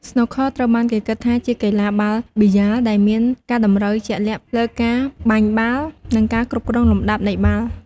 ស្នូកឃឺត្រូវបានគេគិតថាជាកីឡាបាល់ប៊ីយ៉ាលដែលមានការតម្រូវជាក់លាក់លើការបាញ់បាល់ និងការគ្រប់គ្រងលំដាប់នៃបាល់។